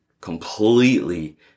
completely